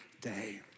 day